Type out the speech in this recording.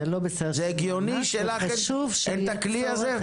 זה הגיוני שלך אין את הכלי הזה?